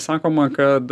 sakoma kad